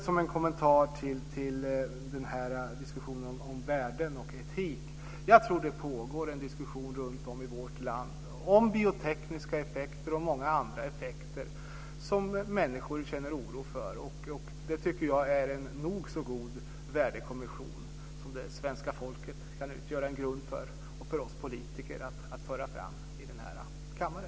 Som en kommentar till diskussionen om värden och etik vill jag säga följande. Jag tror att det pågår en diskussion runtom i vårt land om biotekniska effekter och många andra effekter som människor känner oro för. Det är en nog så god värdekommission, där svenska folket kan utgöra en grund, för oss politiker att föra fram här i kammaren.